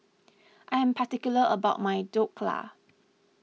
I am particular about my Dhokla